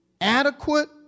adequate